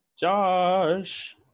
Josh